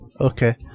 okay